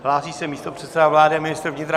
Hlásí se místopředseda vlády a ministr vnitra.